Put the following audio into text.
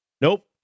nope